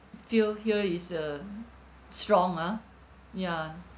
field here is uh strong ah ya